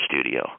studio